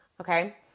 okay